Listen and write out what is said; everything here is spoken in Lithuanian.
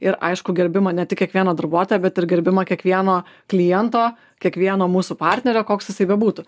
ir aišku gerbimą ne tik kiekvieno darbuotojo bet ir gerbimą kiekvieno kliento kiekvieno mūsų partnerio koks jisai bebūtų